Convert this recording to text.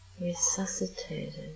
resuscitated